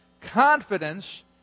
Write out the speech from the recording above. confidence